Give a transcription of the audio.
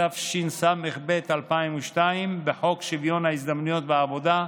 התשס"ב 2002, בחוק שוויון ההזדמנויות בעבודה,